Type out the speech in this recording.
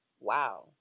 Wow